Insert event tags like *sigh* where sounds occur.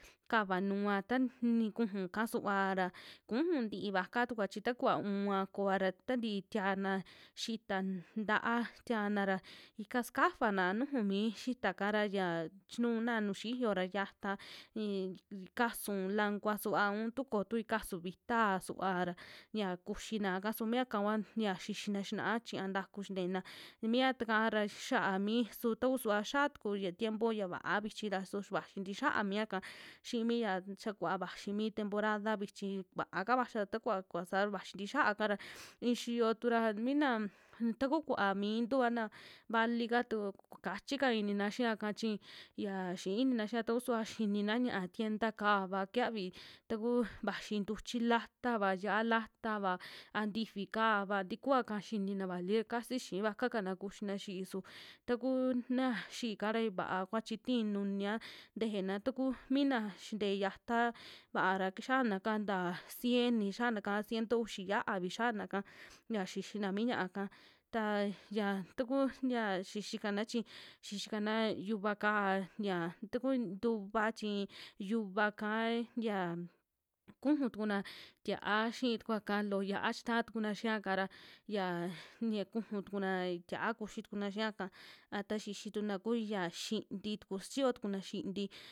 Kavanua ta ni kujuu'ka suvaa ra kuju ntii kuakua tukua chi takuva u'unva kuva ra tantii tiana xita nta'a tiana ra ika sakafana nuju mi xitaka ra ya chinuna nuju xiyo ra xiata in kasu lankua suva, un tuko tui kasu vitaa suvaa ra ñia kuxinaaka su miaka kua ya xixina xina'a chiña ntaku xintena mia taka ra, xa'a mi su tku suva xia tuku ya tiempo ya va'a vichi ra, su vaxi tixia miaka ra xii mi ya xia kuva vaxi mi temporada vichi va'aka vaxia, ta takuva saa vaxi tixiaka ra *noise* in xiyotu ra mina ta ku kuva mintu a na vali'ka tuku kachika inina xiaka chi ya xii inina xia, taku suva xinina ña'a tienda kaava kixiavi taku vaxi ntuchi latava, yia'a latava, a ntifi kaava tikua ka xini na vali casi xii kuakua kana kuxina xi'í su taku na xi'íka ra vaakua chi ti'i nunia tejena, taku mina xintee yata vaara kixianka ta cien, xianaka ciento uxi xiaavi xianaka ya xixina mi ña'aka taa ya tuku ya xixikana chi, xixikana yuka kaa yia tuku ntuva chi yuvaka ya *noise* kuju tukuna tia'a xii tukuaka loo yia'a chitaa tukuna xiaka ra, yaa ya kuju tukuna tia'a kuxi tukuna xiaka, a ta xixituna ku yaa xintitu xichiyo tukuna xinti.